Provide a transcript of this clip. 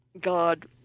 God